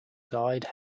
side